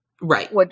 Right